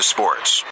Sports